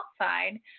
outside